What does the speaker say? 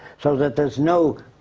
so that there's no